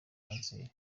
kanseri